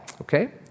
Okay